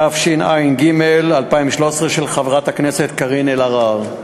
התשע"ג 2013, של חברת הכנסת קארין אלהרר.